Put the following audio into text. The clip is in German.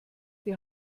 die